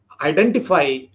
identify